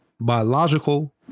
biological